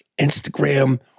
Instagram